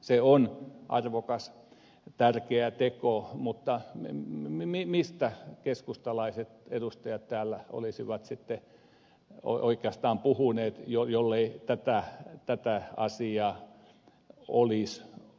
se on arvokas tärkeä teko mutta mistä keskustalaiset edustajat täällä olisivat sitten oikeastaan puhuneet jollei tätä asiaa olisi ollut